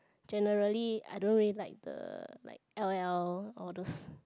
generally I don't really like the like l_o_l all those